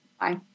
Bye